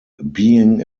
being